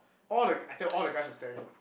all the guy I tell you all the guys were staring